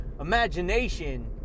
imagination